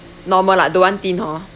normal lah don't want thin hor